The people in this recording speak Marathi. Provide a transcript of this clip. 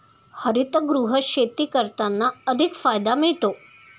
हरितगृह शेती करताना अधिक फायदा मिळतो